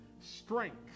Strength